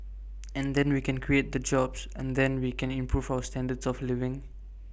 and then we can create the jobs and then we can improve our standards of living